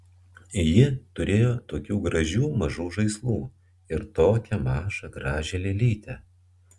ji turėjo tokių gražių mažų žaislų ir tokią mažą gražią lėlytę